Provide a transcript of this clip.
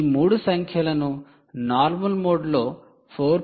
ఈ 3 సంఖ్యలను normal mode లో 4